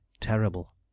terrible